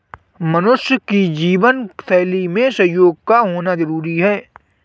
मनुष्य की जीवन शैली में सहयोग का होना जरुरी है